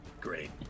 great